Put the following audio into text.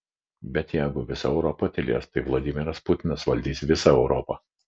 bet jeigu visa europa tylės tai vladimiras putinas valdys visą europą